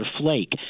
Flake